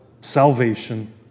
salvation